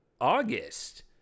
August